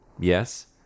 Yes